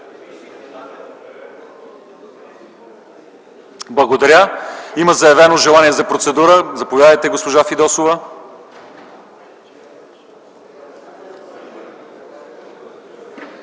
е прието. Има заявено желание за процедура. Заповядайте, госпожо Фидосова.